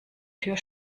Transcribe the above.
tür